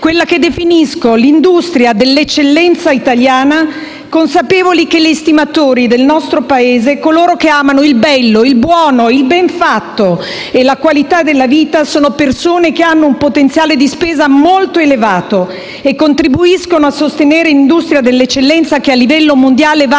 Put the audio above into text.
quella che definisco l'industria dell'eccellenza italiana, consapevoli che gli estimatori del nostro Paese, coloro che amano il "bello, il buono, il ben fatto e la qualità della vita" sono persone che hanno un potenziale di spesa molto elevato e contribuiscono a sostenere l'industria dell'eccellenza che a livello mondiale vale